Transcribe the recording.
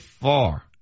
far